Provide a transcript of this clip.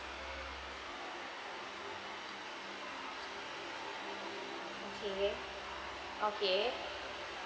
okay okay